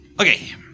Okay